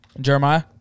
Jeremiah